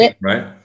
right